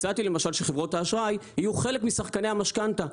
הצעתי למשל שחברות האשראי יהיו חלק משחקני המשכנתא,